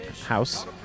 house